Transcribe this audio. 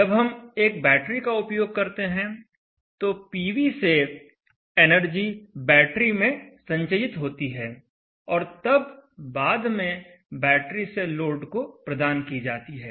जब हम एक बैटरी का उपयोग करते हैं तो पीवी से एनर्जी बैटरी में संचयित होती है और तब बाद में बैटरी से लोड को प्रदान की जाती है